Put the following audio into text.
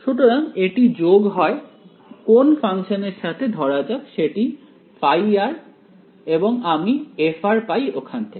সুতরাং এটি যোগ হয় কোন ফাংশন এর সাথে ধরা যাক সেটি ϕ এবং আমি f পাই ওখান থেকে